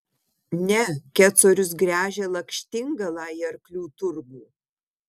ne kecorius gręžia lakštingalą į arklių turgų